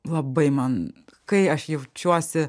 labai man kai aš jaučiuosi